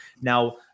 Now